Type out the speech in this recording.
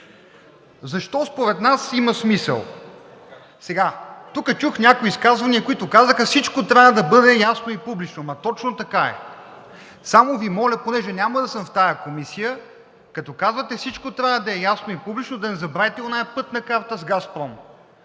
Защо според нас има смисъл? Тук чух някои изказвания, които казаха: всичко трябва да бъде ясно и публично. Ама точно така е. Само Ви моля, понеже няма да съм в тази комисия, като казвате всичко трябва да е ясно и публично, да не забравите онази пътна карта с „Газпром“.